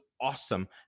awesome